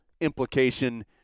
implication